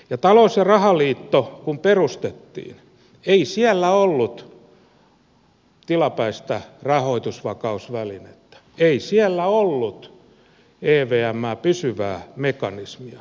kun talous ja rahaliitto perustettiin ei siellä ollut tilapäistä rahoitusvakausvälinettä ei siellä ollut evmää pysyvää mekanismia